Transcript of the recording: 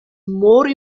more